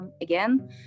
again